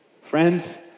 Friends